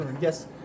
Yes